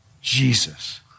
Jesus